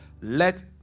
Let